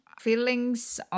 feelings